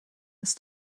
ist